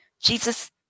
Jesus